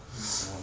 mm don't want